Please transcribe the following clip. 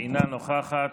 אינה נוכחת,